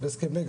הסכמי גג.